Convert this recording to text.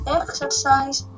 exercise